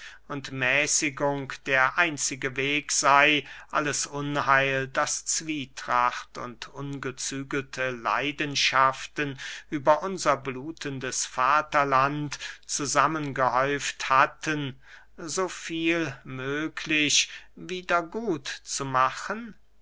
und mäßigung der einzige weg sey alles unheil das zwietracht und ungezügelte leidenschaften über unser blutendes vaterland zusammen gehäuft hatten so viel möglich wieder gut zu machen